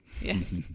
yes